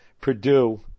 Purdue